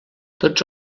tots